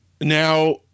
Now